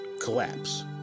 collapse